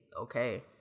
okay